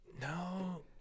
no